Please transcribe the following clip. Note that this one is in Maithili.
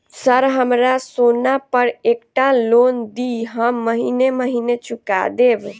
सर हमरा सोना पर एकटा लोन दिऽ हम महीने महीने चुका देब?